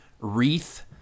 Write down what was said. wreath